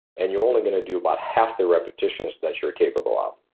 and you're only gonna do about half the repetitions that you're capable ah of.